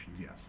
yes